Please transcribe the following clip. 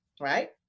right